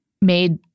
made